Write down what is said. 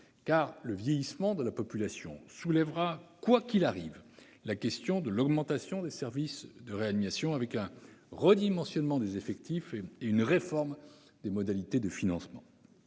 car le vieillissement de la population soulèvera quoi qu'il arrive la question de l'augmentation des services de réanimation, avec un redimensionnement des effectifs et une réforme des modalités de financement.